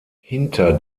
hinter